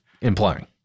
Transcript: implying